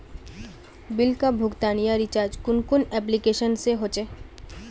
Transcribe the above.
Bill का भुगतान या रिचार्ज कुन कुन एप्लिकेशन से होचे?